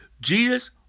Jesus